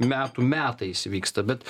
metų metais vyksta bet